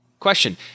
Question